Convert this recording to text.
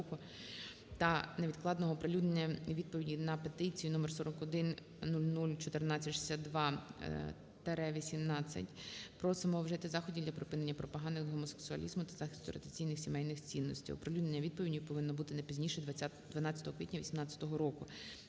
та невідкладного оприлюднення відповіді на петицію №41/001462-18еп "Просимо вжити заходів для припинення пропаганди гомосексуалізму та захисту традиційних сімейних цінностей" (оприлюднення відповіді повинно бути не пізніше 12 квітня 18 року).